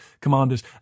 commanders